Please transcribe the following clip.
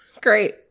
great